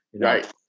Right